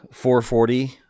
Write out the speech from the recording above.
440